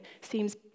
seems